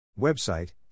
Website